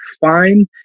fine